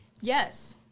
Yes